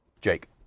Jake